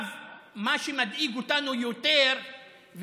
מה שמדאיג אותנו יותר,